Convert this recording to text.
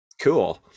Cool